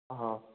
ꯑꯥ